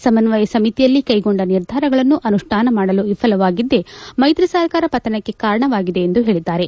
ಸಮನ್ವಯ ಸಮಿತಿಯಲ್ಲಿ ಕೈಗೊಂಡ ನಿರ್ಧಾರಗಳನ್ನು ಅನುಷ್ಠಾನ ಮಾಡಲು ವಿಫಲವಾಗಿದ್ದೇ ಮೈತ್ರಿ ಸರ್ಕಾರ ಪತನಕ್ಕೆ ಕಾರಣವಾಗಿದೆ ಎಂದು ಹೇಳಿದ್ದಾರೆ